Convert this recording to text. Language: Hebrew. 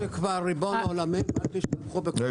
אני